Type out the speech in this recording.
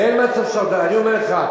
אין מצב של עודפים, אני אומר לך.